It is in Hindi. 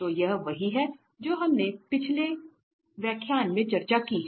तो यह वही है जो हमने पहले ही पिछले व्याख्यान में चर्चा की है